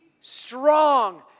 strong